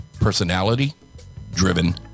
Personality-driven